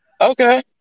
Okay